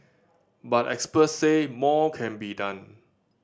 but experts say more can be done